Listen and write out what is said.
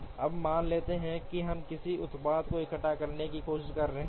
अब मान लेते हैं कि हम किसी उत्पाद को इकट्ठा करने की कोशिश कर रहे हैं